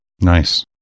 Nice